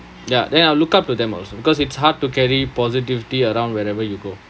ya then I'll look up to them also because it's hard to carry positivity around wherever you go